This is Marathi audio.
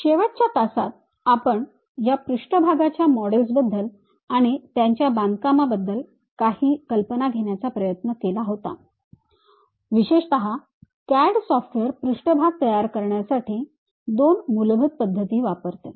शेवटच्या तासात आपण या पृष्ठभागाच्या मॉडेल्स बद्दल आणि त्यांच्या बांधकामाबद्दल काही कल्पना घेण्याचा प्रयत्न केला होता विशेषत CAD सॉफ्टवेअर पृष्ठभाग तयार करण्यासाठी दोन मूलभूत पद्धती वापरतो